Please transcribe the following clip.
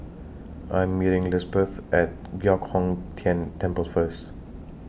I Am meeting Lisbeth At Giok Hong Tian Temple First